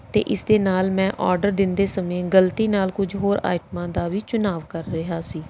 ਅਤੇ ਇਸ ਦੇ ਨਾਲ ਮੈਂ ਆਰਡਰ ਦਿੰਦੇ ਸਮੇਂ ਗਲਤੀ ਨਾਲ ਕੁਝ ਹੋਰ ਆਈਟਮਾਂ ਦਾ ਵੀ ਚੁਣਾਵ ਕਰ ਰਿਹਾ ਸੀ